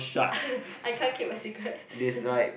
I can't keep a secret